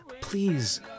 Please